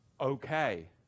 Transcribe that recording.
okay